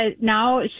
now